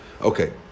okay